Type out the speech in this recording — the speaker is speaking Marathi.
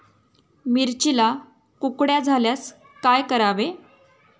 मिरचीला कुकड्या झाल्यास काय करावे?